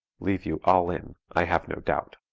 leave you all in, i have no doubt.